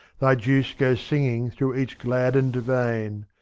thy juice goes singing through each gladdened vein